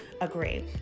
agree